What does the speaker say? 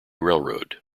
railroad